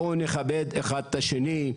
בואו נכבד אחד את השני.